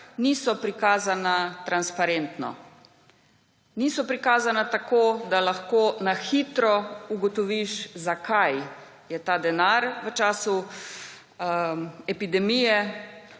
niso prikazana transparentno. Niso prikazana tako, da lahko na hitro ugotoviš, za kaj je ta denar v času epidemije